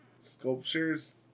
Sculptures